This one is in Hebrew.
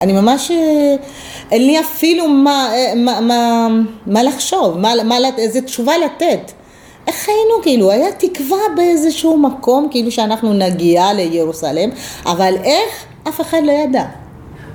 ‫אני ממש... אין לי אפילו מה לחשוב, ‫איזו תשובה לתת. ‫איך היינו? היה תקווה באיזשהו מקום ‫שאנחנו נגיע לירוסלם, ‫אבל איך? אף אחד לא ידע.